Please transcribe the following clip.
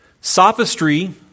Sophistry